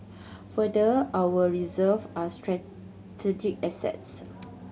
further our reserve are strategic assets